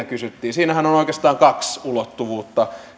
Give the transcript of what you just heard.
kysyttiin siinähän on oikeastaan kaksi ulottuvuutta